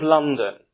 London